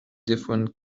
different